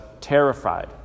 terrified